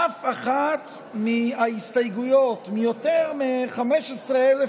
אף אחת מההסתייגויות מיותר מ-15,000